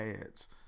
Ads